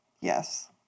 Yes